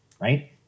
right